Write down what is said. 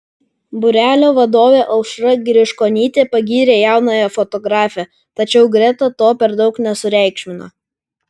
būrelio vadovė aušra griškonytė pagyrė jaunąją fotografę tačiau greta to per daug nesureikšmino